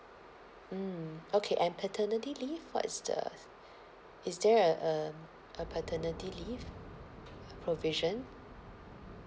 mm okay and paternity leave what is the is there a um a paternity leave provision